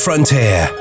frontier